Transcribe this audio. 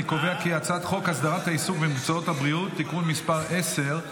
אני קובע כי הצעת חוק הסדרת העיסוק במקצועות הבריאות (תיקון מס' 10),